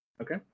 Okay